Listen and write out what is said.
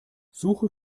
suche